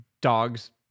dogs